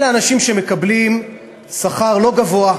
אלה אנשים שמקבלים שכר לא גבוה,